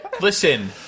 Listen